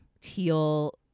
teal